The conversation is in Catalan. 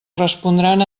respondran